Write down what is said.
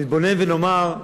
נתבונן ונאמר: